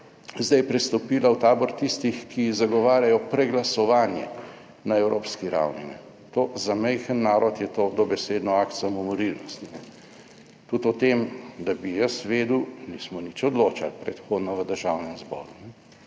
zdaj prestopila v tabor tistih, ki zagovarjajo preglasovanje na evropski ravni. To, za majhen narod je to dobesedno akt samomorilnosti. Tudi o tem, da bi jaz vedel, nismo nič odločali predhodno v Državnem zboru.